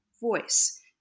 voice